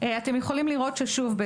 אתם יכולים לראות ששוב,